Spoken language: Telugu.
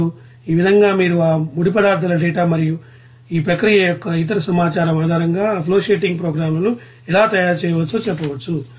ఇప్పుడు ఈ విధంగా మీరు ఆ ముడి పదార్థాల డేటా మరియు ఈ ప్రక్రియ యొక్క ఇతర సమాచారం ఆధారంగా ఆ ఫ్లోషీటింగ్ ప్రోగ్రామ్లను ఎలా తయారు చేయవచ్చో చెప్పవచ్చు